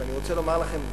ואני רוצה לומר לכם,